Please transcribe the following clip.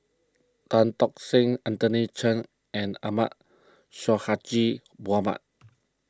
Tan Tock Seng Anthony Chen and Ahmad Sonhadji Mohamad